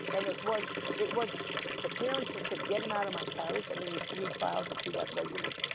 and it was it was the parents just said, get them out of my parish i mean, you read files and see that regularly.